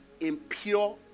impure